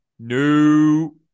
No